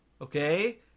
okay